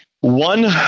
One